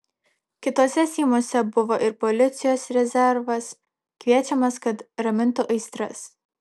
kituose seimuose buvo ir policijos rezervas kviečiamas kad ramintų aistras